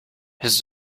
his